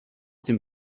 dem